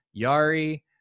Yari